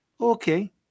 Okay